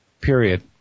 period